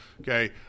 okay